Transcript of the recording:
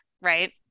right